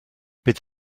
bydd